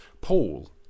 Paul